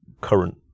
current